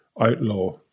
outlaw